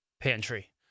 Pantry